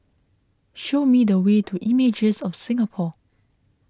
show me the way to Images of Singapore